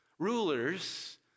rulers